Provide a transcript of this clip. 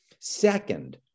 Second